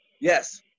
Yes